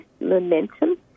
Momentum